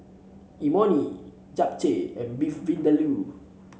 Imoni Japchae and Beef Vindaloo